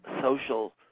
social